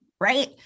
right